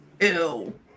Ew